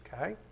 okay